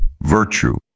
virtue